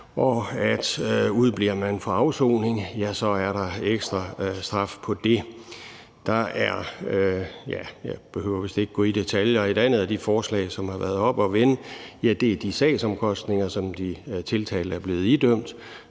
man udebliver fra afsoning, er ekstra straf for det. Jeg behøver vist ikke at gå i detaljer. Et andet forslag, der har været oppe at vende, er om de sagsomkostninger, som de tiltalte er blevet idømt.